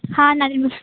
हां नांदे म